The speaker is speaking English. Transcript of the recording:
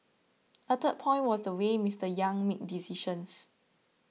a third point was the way Mister Yang made decisions